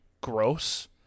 gross